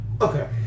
okay